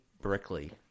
Brickley